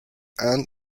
and